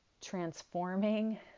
transforming